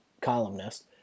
columnist